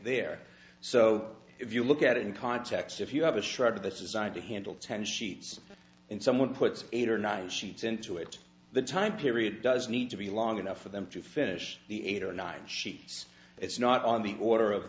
there so if you look at it in context if you have a shred of the society handle ten sheets and someone puts eight or nine sheets into it the time period does need to be long enough for them to finish the eight or nine sheets it's not on the order of